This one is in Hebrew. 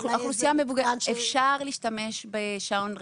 אפשר להשתמש בשעון רטט.